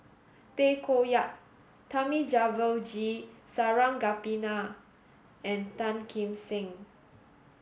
Tay Koh Yat Thamizhavel G Sarangapani and Tan Kim Seng